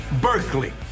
Berkeley